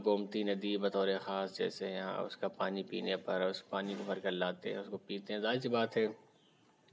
گومتی ندی بطورِ خاص جیسے یہاں اُس کا پانی پینے پر اُس پانی کو بھر کر لاتے ہیں اُس کو پیتے ہیں ظاہر سی بات ہے